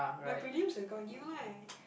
my prelims has got U right